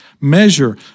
measure